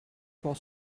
for